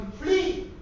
Flee